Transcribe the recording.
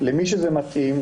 למי שזה מתאים,